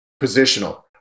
positional